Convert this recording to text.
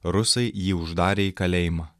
rusai jį uždarė į kalėjimą